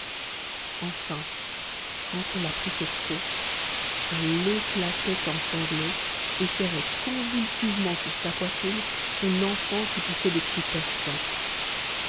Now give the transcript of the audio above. enfin quand on la pressait trop elle éclatait en sanglots et serrait convulsivement sur sa poitrine son enfant qui poussait des cris perçants